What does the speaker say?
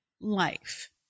life